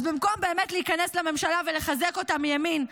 אז במקום באמת להיכנס לממשלה ולחזק אותה מימין,